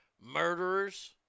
Murderers